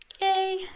Yay